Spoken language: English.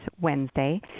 Wednesday